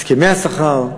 הסכמי השכר,